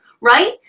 right